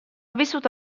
vissuto